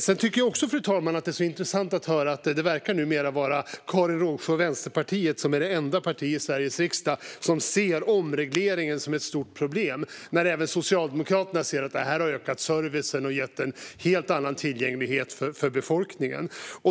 Jag tycker att det är intressant, fru talman, att Karin Rågsjös Vänsterpartiet numera verkar vara det enda parti i Sveriges riksdag som ser omregleringen som ett stort problem. Även Socialdemokraterna säger nu att detta har ökat servicen och gett en helt annan tillgänglighet för befolkningen.